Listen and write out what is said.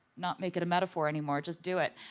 not make it a metaphor anymore. just do it.